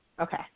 Okay